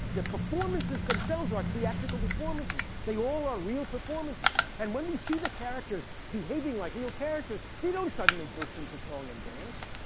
the performances themselves are theatrical performances. they all are real performances. and when we see the characters behaving like real characters, they don't suddenly burst into song and dance.